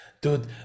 Dude